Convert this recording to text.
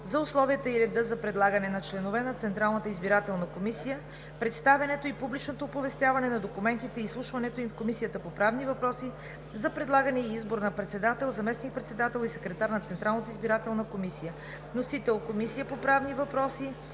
за условията и реда за предлагане на членове на Централната избирателна комисия, представянето и публичното оповестяване на документите и изслушването им в Комисията по правни въпроси, за предлагане и избор на председател, заместник-председатели и секретар на Централната избирателна комисия. Вносител е Комисията по правни въпроси,